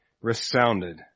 resounded